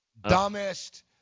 dumbest